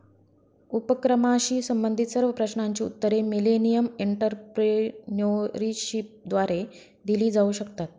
उपक्रमाशी संबंधित सर्व प्रश्नांची उत्तरे मिलेनियम एंटरप्रेन्योरशिपद्वारे दिली जाऊ शकतात